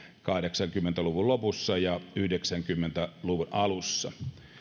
kahdeksankymmentä luvun lopussa ja yhdeksänkymmentä luvun alussa